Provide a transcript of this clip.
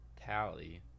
tally